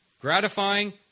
Gratifying